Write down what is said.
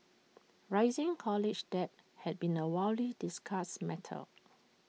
rising college debt had been A widely discussed matter